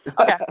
Okay